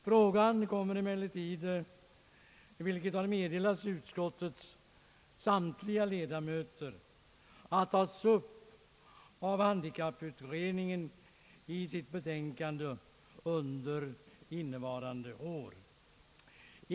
Frågan kommer emellertid — vilket har meddelats utskottets samtliga ledamöter — att tas upp av handikapputredningen i dess betänkande under innevarande år.